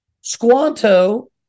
Squanto